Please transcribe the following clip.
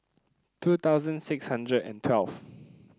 two thousand six hundred and twelve